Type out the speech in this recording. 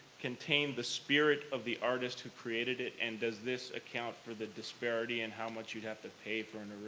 contain the spirit of the artist who created it, and does this account for the disparity in how much you have to pay for and